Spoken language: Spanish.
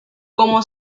como